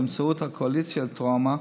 באמצעות הקואליציה לטראומה,